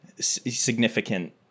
significant